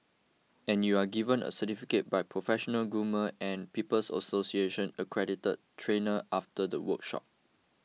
and you are given a certificate by professional groomer and People's Association accredited trainer after the workshop